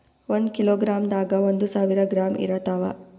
ಒಂದ್ ಕಿಲೋಗ್ರಾಂದಾಗ ಒಂದು ಸಾವಿರ ಗ್ರಾಂ ಇರತಾವ